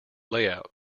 layout